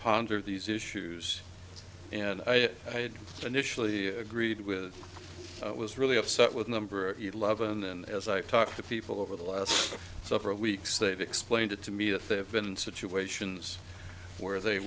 ponder these issues and i had initially agreed with was really upset with number eleven and as i talk to people over the last several weeks they've explained it to me that they have been in situations where they